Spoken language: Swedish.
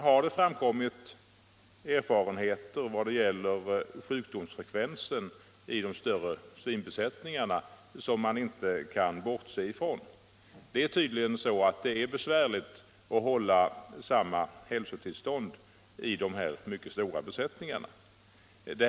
Vad slutligen gäller sjukdomsfrekvensen i de större svinbesättningarna har det gjorts erfarenheter som man inte kan bortse ifrån. Det har visat sig vara besvärligt att hålla samma hälsotillstånd i de mycket stora besättningarna som i de mindre.